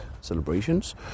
celebrations